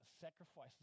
sacrifice